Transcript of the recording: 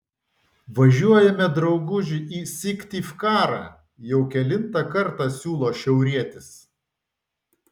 važiuojame drauguži į syktyvkarą jau kelintą kartą siūlo šiaurietis